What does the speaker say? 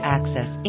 Access